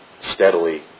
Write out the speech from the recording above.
steadily